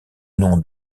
nom